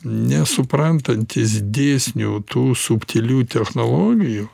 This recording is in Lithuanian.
nesuprantantis dėsnių tų subtilių technologijų